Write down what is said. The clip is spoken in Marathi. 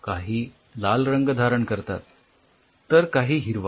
काही लाल रंग धारण करतात तर काही हिरवा